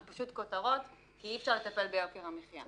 זה פשוט כותרות, כי אי-אפשר לטפל ביוקר המחיה.